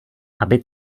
aby